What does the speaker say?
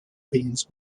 beans